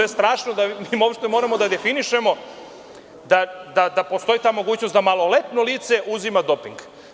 Strašno je uopšte moramo da definišemo da postoji ta mogućnost da maloletno lice uzima doping.